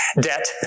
debt